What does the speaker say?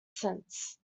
since